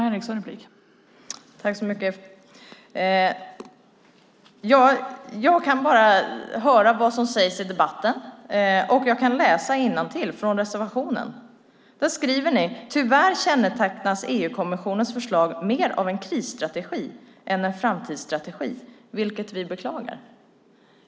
Fru talman! Jag kan bara höra vad som sägs i debatten, och jag kan läsa innantill i reservationen. Där skriver ni: "Tyvärr kännetecknas EU-kommissionens förslag mer av en krisstrategi än en framtidsstrategi, vilket vi beklagar."